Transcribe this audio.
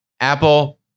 Apple